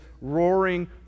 roaring